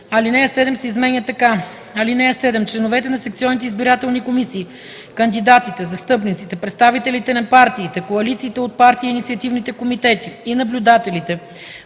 Алинея 7 се изменя така: „(7) Членовете на секционните избирателни комисии, кандидатите, застъпниците, представителите на партиите, коалициите от партии и инициативните комитети и наблюдателите